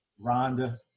Rhonda